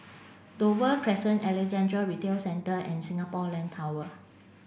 Dover Crescent Alexandra Retail Centre and Singapore Land Tower